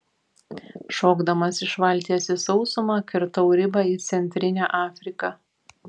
šokdamas iš valties į sausumą kirtau ribą į centrinę afriką